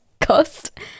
cost